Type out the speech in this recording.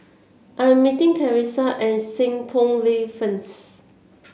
I am meeting Carissa at Seng Poh Lane first